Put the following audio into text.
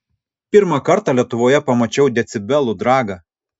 pirmą kartą lietuvoje pamačiau decibelų dragą